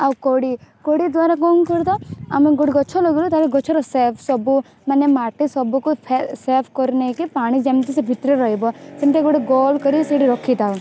ଆଉ କୋଡ଼ି କୋଡ଼ି ଦ୍ୱାରା କ'ଣ କରିଥାଉ ଆମେ କେଉଁଠି ଗଛ ଲଗାଇଲୁ ଗଛର ସେପ୍ ସବୁ ମାନେ ମାଟି ସବୁକୁ ସେପ୍ କରିନେଇକି ପାଣି ଯେମିତି ସେଭିତରେ ରହିବ ସେମିତି ଗୋଟେ ଗୋଲ କରି ସେଠି ରଖିଥାଉ